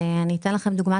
אגב,